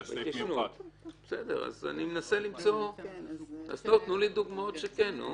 תנו לי דוגמאות שכן.